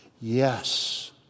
Yes